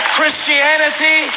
Christianity